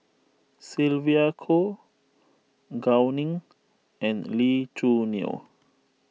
Sylvia Kho Gao Ning and Lee Choo Neo